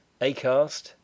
Acast